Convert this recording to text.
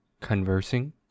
conversing